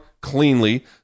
cleanly